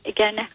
Again